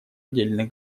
отдельных